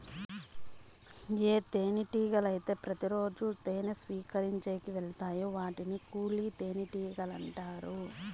ఏ తేనెటీగలు అయితే ప్రతి రోజు తేనె సేకరించేకి వెలతాయో వాటిని కూలి తేనెటీగలు అంటారు